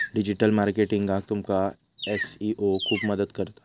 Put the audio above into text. digital मार्केटिंगाक तुमका SEO खूप मदत करता